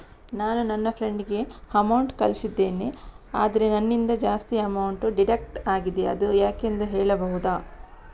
ನಾನು ನನ್ನ ಫ್ರೆಂಡ್ ಗೆ ಅಮೌಂಟ್ ಕಳ್ಸಿದ್ದೇನೆ ಆದ್ರೆ ನನ್ನಿಂದ ಜಾಸ್ತಿ ಅಮೌಂಟ್ ಡಿಡಕ್ಟ್ ಆಗಿದೆ ಅದು ಯಾಕೆಂದು ಹೇಳ್ಬಹುದಾ?